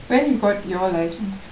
when you got your license